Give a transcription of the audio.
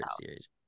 series